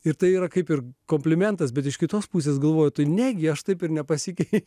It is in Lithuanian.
ir tai yra kaip ir komplimentas bet iš kitos pusės galvoju negi aš taip ir nepasikeitė